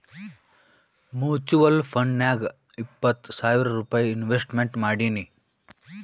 mutual ಫಂಡ್ನಾಗ್ ಇಪ್ಪತ್ತು ಸಾವಿರ್ ರೂಪೈ ಇನ್ವೆಸ್ಟ್ಮೆಂಟ್ ಮಾಡೀನಿ